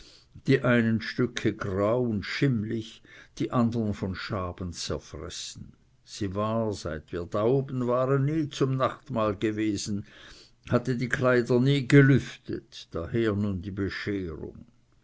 die einen stücke grau und schimmlig die andern von schaben zerfressen sie war seit wir da oben waren nie zum nachtmahl gewesen hatte die kleider nie gelüftet daher nun die bescherung